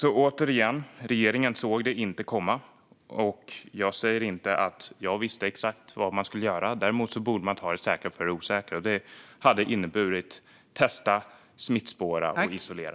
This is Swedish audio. Återigen: Regeringen såg det inte komma. Jag säger inte att jag visste exakt vad man skulle göra. Däremot borde man ta det säkra före det osäkra, och det hade inneburit att testa, smittspåra och isolera.